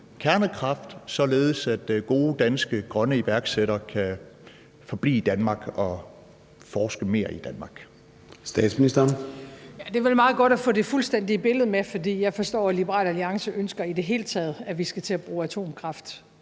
kernekraft, således at gode danske grønne iværksættere kan blive i Danmark og forske mere i Danmark.